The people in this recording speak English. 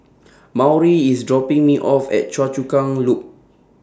Maury IS dropping Me off At Choa Chu Kang Loop